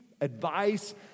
advice